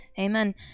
Amen